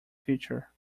future